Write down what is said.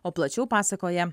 o plačiau pasakoja